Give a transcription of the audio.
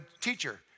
teacher